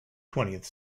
twentieth